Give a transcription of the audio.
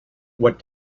what